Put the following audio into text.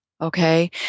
Okay